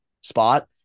spot